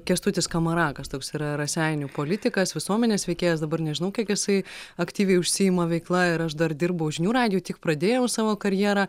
kęstutis skamarakas toks yra raseinių politikas visuomenės veikėjas dabar nežinau kiek jisai aktyviai užsiima veikla ir aš dar dirbau žinių radijuj tik pradėjau savo karjerą